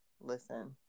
listen